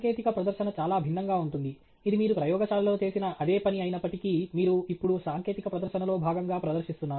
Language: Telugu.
సాంకేతిక ప్రదర్శన చాలా భిన్నంగా ఉంటుంది ఇది మీరు ప్రయోగశాలలో చేసిన అదే పని అయినప్పటికీ మీరు ఇప్పుడు సాంకేతిక ప్రదర్శనలో భాగంగా ప్రదర్శిస్తున్నారు